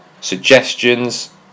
suggestions